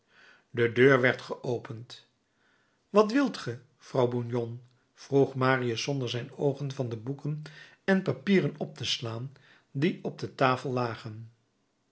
de deur werd geopend wat wilt ge vrouw bougon vroeg marius zonder zijn oogen van de boeken en papieren op te slaan die op de tafel lagen